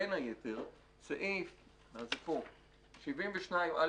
בין היתר סעיף 72א,